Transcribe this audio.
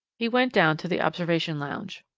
he went down to the observation lounge.